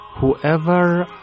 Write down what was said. whoever